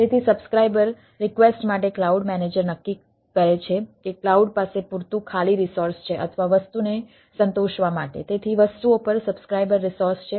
તેથી તે સબ્સ્ક્રાઇબર લેવલે મેનેજ થાય છે